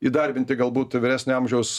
įdarbinti galbūt vyresnio amžiaus